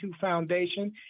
Foundation